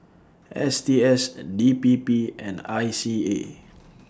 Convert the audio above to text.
S T S D P P and I C A